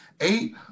Eight